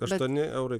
aštuoni eurai